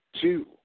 two